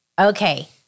Okay